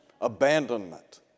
abandonment